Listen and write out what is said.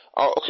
Okay